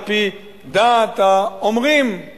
על-פי דעת האומרים,